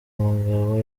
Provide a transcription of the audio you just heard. mugabo